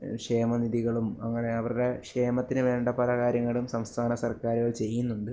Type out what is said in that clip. ക്ഷേമനിധികളും അങ്ങനെ അവരുടെ ക്ഷേമത്തിന് വേണ്ട പല കാര്യങ്ങളും സംസ്ഥാന സർക്കാരുകൾ ചെയ്യുന്നുണ്ട്